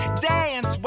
dance